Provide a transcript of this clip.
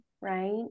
right